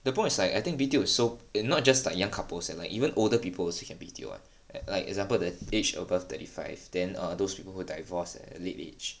the point is like I think B_T_O is so not just start young couples eh like even older people also can B_T_O eh like example the age above thirty five then err those people who divorced at a late age